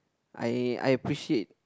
I I appreciate